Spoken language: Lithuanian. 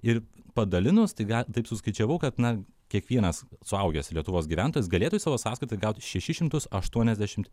ir padalinus tai ga taip suskaičiavau kad na kiekvienas suaugęs lietuvos gyventojas galėtų į savo sąskaitą gauti šešis šimtus aštuoniasdešimt